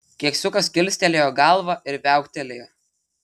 keksiukas kilstelėjo galvą ir viauktelėjo